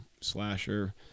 slasher